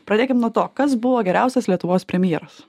pradėkim nuo to kas buvo geriausias lietuvos premjeras